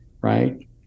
right